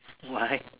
why